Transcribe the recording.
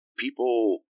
People